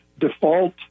Default